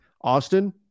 Austin